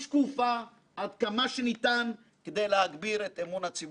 ושקופה, עד כמה שניתן, כדי להגביר את אמון הציבור.